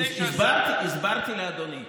הסברתי, הסברתי לאדוני.